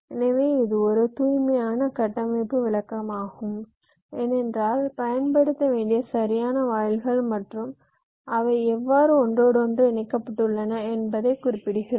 எனவே இது ஒரு தூய்மையான கட்டமைப்பு விளக்கமாகும் ஏனென்றால் பயன்படுத்த வேண்டிய சரியான வாயில்கள் மற்றும் அவை எவ்வாறு ஒன்றோடொன்று இணைக்கப்பட்டுள்ளன என்பதை குறிப்பிடுகிறோம்